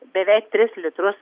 beveik tris litrus